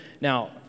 now